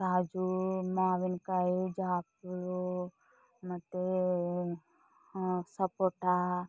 ಕಾಜೂ ಮಾವಿನಕಾಯಿ ಜಾಕು ಮತ್ತೆ ಸಪೋಟ